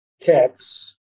cats